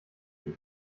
ich